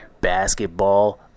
basketball